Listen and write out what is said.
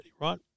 right